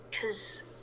cause